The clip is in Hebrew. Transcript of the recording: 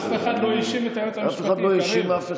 אף אחד לא האשים את היועץ המשפטי, קריב.